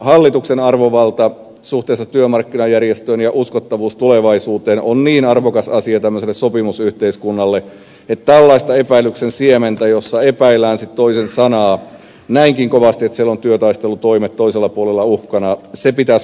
hallituksen arvovalta suhteessa työmarkkinajärjestöön ja uskottavuus tulevaisuuteen on niin arvokas asia tämmöiselle sopimusyhteiskunnalle että tällainen epäilyksen siemen jossa epäillään toisen sanaa näinkin kovasti että siellä ovat työtaistelutoimet toisella puolella uhkana pitäisi purkaa